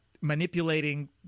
manipulating